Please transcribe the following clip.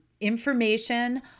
information